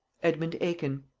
edmund aikin.